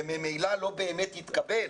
וממילא לא באמת תתקבל.